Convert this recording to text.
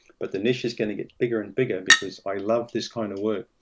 but the niche is going to get bigger and bigger, because i love this kind of work.